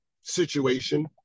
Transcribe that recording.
situation